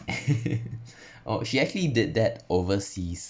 oh she actually did that overseas